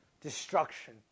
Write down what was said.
destruction